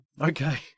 Okay